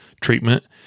treatment